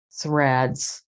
Threads